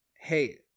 Hey